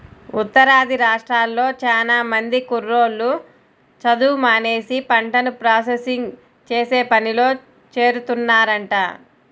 ఉత్తరాది రాష్ట్రాల్లో చానా మంది కుర్రోళ్ళు చదువు మానేసి పంటను ప్రాసెసింగ్ చేసే పనిలో చేరుతున్నారంట